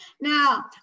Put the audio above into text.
Now